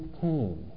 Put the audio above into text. came